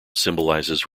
symbolizes